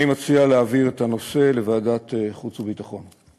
אני מציע להעביר את הנושא לוועדת החוץ והביטחון.